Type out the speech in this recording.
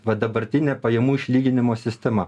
va dabartinė pajamų išlyginimo sistema